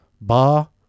Ba